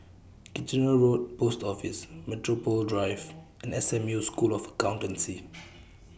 Kitchener Road Post Office Metropole Drive and S M U School of Accountancy